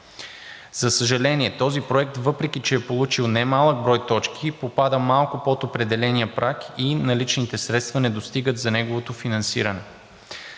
За съжаление, този проект, въпреки че е получил немалък брой точки, попада малко под определения праг и наличните средства не достигат за неговото финансиране.